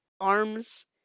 arms